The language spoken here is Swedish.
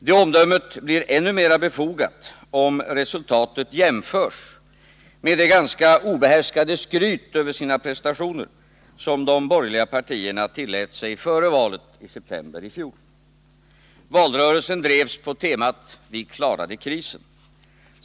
Det omdömet blir ännu mera befogat om resultatet jämförs med det ganska obehärskade skryt över sina prestationer som de borgerliga partierna tillät sig före valet i september i fjol. Valrörelsen drevs på temat ”Vi klarade krisen”.